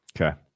Okay